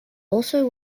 also